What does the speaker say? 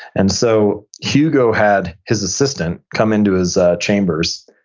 and so hugo had his assistant come into his chambers,